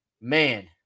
Man